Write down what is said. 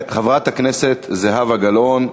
חברת הכנסת זהבה גלאון.